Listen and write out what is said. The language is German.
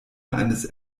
eines